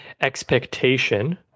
Expectation